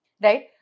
right